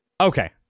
Okay